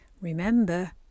Remember